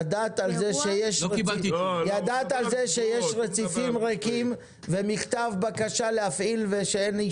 ידעת על זה שיש רציפים ריקים ומכתב בקשה להפעיל ושאין אישור?